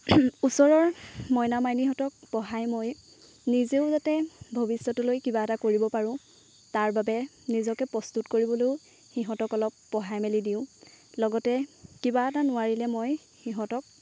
ওচৰৰ মইনা মাইনীহঁতক পঢ়াই মই নিজেও যাতে ভৱিষ্যতলৈ কিবা এটা কৰিব পাৰোঁ তাৰ বাবে নিজকে প্ৰস্তুত কৰিবলৈও সিহঁতক অলপ পঢ়াই মেলি দিওঁ লগতে কিবা এটা নোৱাৰিলে মই সিহঁতক